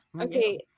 Okay